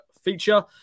feature